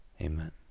Amen